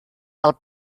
del